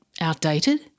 outdated